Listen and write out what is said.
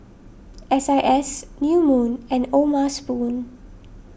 S I S New Moon and O'ma Spoon